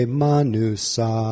manusa